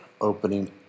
opening